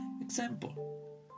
Example